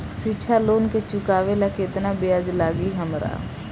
शिक्षा लोन के चुकावेला केतना ब्याज लागि हमरा?